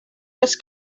was